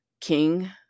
king